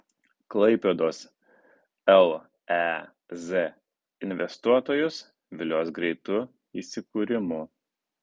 klaipėdos lez investuotojus vilios greitu įsikūrimu